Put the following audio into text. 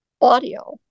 audio